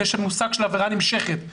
יש מושג "עבירה נמשכת".